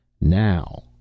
now